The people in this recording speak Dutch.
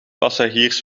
passagiers